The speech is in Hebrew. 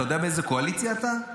אתה יודע באיזו קואליציה אתה?